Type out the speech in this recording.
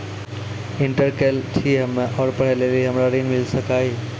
Inter केल छी हम्मे और पढ़े लेली हमरा ऋण मिल सकाई?